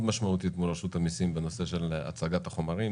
ניכרת מול רשות המיסים בהצגת החומרים.